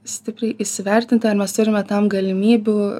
stipriai įsivertint ar mes turime tam galimybių